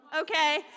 Okay